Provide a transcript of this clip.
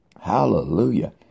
Hallelujah